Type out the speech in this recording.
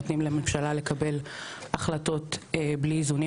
נותנים לממשלה לקבל החלטות בלי איזונים